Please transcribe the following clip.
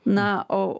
na o